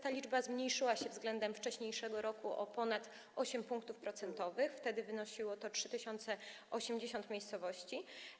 Ta liczba zmniejszyła się względem wcześniejszego roku o ponad 8 pkt proc., bo wtedy wynosiła 3080 miejscowości.